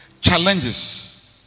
challenges